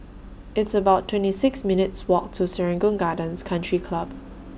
It's about twenty six minutes' Walk to Serangoon Gardens Country Club